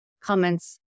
comments